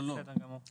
לא, לא.